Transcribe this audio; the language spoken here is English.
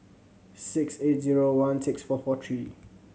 six eight zero one six four four three